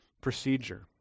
procedure